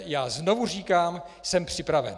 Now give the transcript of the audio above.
Já znovu říkám: Jsem připraven!